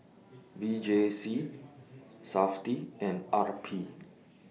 V J C Safti and R P